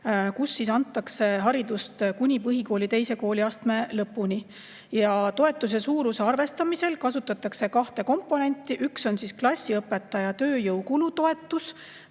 kus antakse haridust kuni põhikooli teise kooliastme lõpuni. Toetuse suuruse arvestamisel kasutatakse kahte komponenti. Üks on klassiõpetaja tööjõukulu toetus